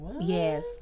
Yes